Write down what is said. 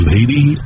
Lady